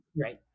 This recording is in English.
right